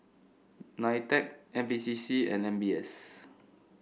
Nitec N P C C and M B S